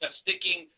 sticking